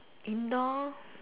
indoor